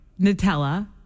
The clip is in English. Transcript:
Nutella